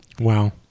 Wow